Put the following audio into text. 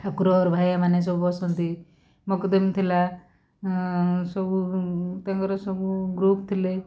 ଠାକୁର ଘର ଭାଇଆମାନେ ସବୁ ବସନ୍ତି ଥିଲା ସବୁ ତାଙ୍କର ସବୁ ଗ୍ରୁପ୍ ଥିଲେ